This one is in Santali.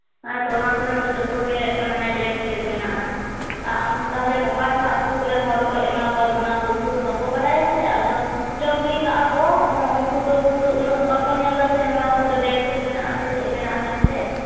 ᱦᱮᱸᱛᱚ ᱚᱱᱟ ᱠᱚᱨᱮᱱᱟᱜ ᱫᱚ ᱡᱚᱛᱚᱜᱮ ᱢᱟᱱᱮ ᱰᱮᱴ ᱯᱷᱮᱞ ᱢᱮᱱᱟᱜᱼᱟ ᱟᱨ ᱟᱢᱫᱚ ᱛᱟᱦᱚᱞᱮ ᱱᱚᱝᱠᱟᱜᱮ ᱦᱟᱸᱜ ᱟᱛᱩ ᱠᱚᱨᱮᱱ ᱦᱚᱲᱠᱚ ᱮᱢᱟ ᱠᱚᱢ ᱚᱱᱟᱠᱚ ᱩᱱᱠᱩ ᱫᱚ ᱵᱟᱠᱚ ᱵᱟᱰᱟᱭᱟᱥᱮ ᱟᱫᱚ ᱡᱚᱢ ᱜᱤᱲᱤ ᱠᱟᱜᱼᱟ ᱠᱚ ᱩᱱᱠᱩ ᱫᱚ ᱩᱱᱠᱩ ᱩᱱᱟᱹᱜ ᱫᱚ ᱵᱟᱠᱚ ᱧᱮᱞᱟᱠᱚ ᱥᱮ ᱥᱮ ᱢᱟᱱᱮ ᱚᱱᱟ ᱠᱚᱫᱚ ᱰᱪ ᱯᱷᱮᱞ ᱢᱮᱱᱟᱜᱼᱟ ᱥᱮ ᱪᱮᱫ ᱢᱮᱱᱟᱜᱼᱟ ᱢᱮᱱᱛᱮ